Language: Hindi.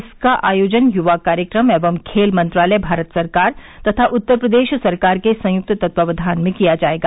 इसका आयोजन युवा कार्यक्रम एवं खेल मंत्रालय भारत सरकार तथा उत्तर प्रदेश सरकार के संयुक्त तत्वावधान में किया जायेगा